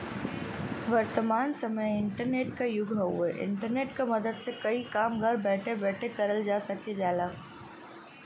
वर्तमान समय इंटरनेट क युग हउवे इंटरनेट क मदद से कई काम घर बैठे बैठे करल जा सकल जाला